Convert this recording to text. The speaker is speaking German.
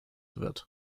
wird